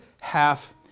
half